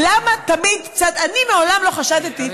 למה תמיד הצד של הדמוקרטיה כל כך מפחיד אתכם?